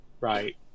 Right